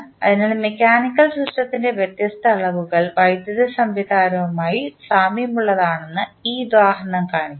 അതിനാൽ മെക്കാനിക്കൽ സിസ്റ്റത്തിൻറെ വ്യത്യസ്ത അളവുകൾ വൈദ്യുത സംവിധാനവുമായി സാമ്യമുള്ളതാണെന്ന് ഈ ഉദാഹരണം കാണിക്കുന്നു